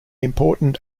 important